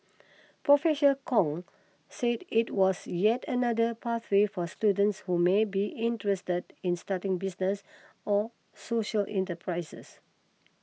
Professor Kong said it was yet another pathway for students who may be interested in starting businesses or social enterprises